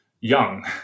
young